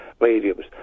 mediums